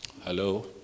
Hello